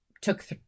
took